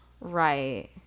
right